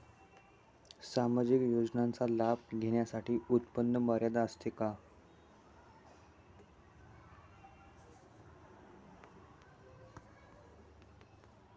सामाजिक योजनांचा लाभ घेण्यासाठी उत्पन्न मर्यादा असते का?